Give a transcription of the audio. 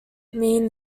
mean